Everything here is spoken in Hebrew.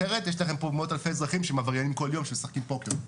אחרת יש לכם פה מאות אלפי אזרחים שהם עבריינים כל יום שמשחקים פוקר.